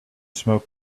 smoke